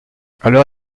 alors